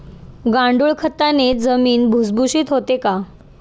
गांडूळ खताने जमीन भुसभुशीत होते का?